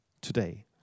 today